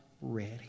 ready